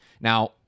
Now